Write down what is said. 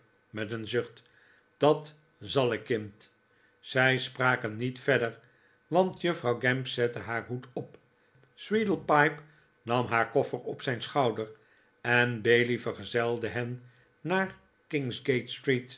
met een zucht dat zal ik kind zij spraken niet verder want juffrouw gamp zette haar hoed op sweedlepipe nam haar koffer op zijrt schouder en bailey vergezelde hen naar